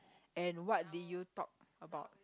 and what did you talk about